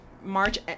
March